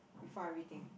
before everything